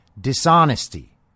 dishonesty